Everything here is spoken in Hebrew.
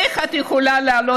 איך את יכולה לעלות,